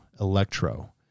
Electro